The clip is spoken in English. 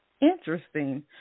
Interesting